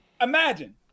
imagine